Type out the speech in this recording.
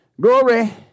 Glory